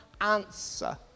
answer